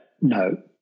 No